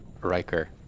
Riker